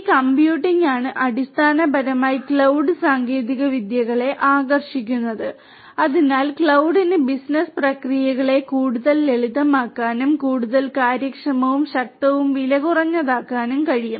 ഈ കമ്പ്യൂട്ടിംഗാണ് അടിസ്ഥാനപരമായി ക്ലൌഡ് സാങ്കേതികവിദ്യകളെ ആകർഷിക്കുന്നത് അതിനാൽ ക്ലൌഡിന് ബിസിനസ്സ് പ്രക്രിയകളെ കൂടുതൽ ലളിതമാക്കാനും കൂടുതൽ കാര്യക്ഷമവും ശക്തവും വിലകുറഞ്ഞതുമാക്കാൻ കഴിയും